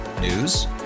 News